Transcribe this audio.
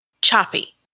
choppy